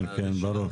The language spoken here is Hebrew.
כן, כן, ברור.